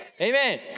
Amen